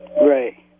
Right